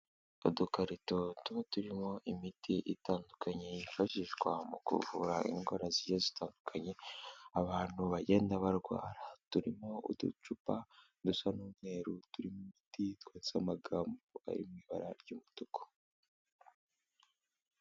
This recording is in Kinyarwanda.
Udukarito tuba turimo imiti itandukanye yifashishwa mu kuvura indwara zigiye zitandukanye, abantu bagenda barwara, turimo uducupa dusa n'umweru, turimo imiti twanditseho amagamboga ari mu ibara ry'umutuku.